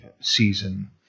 season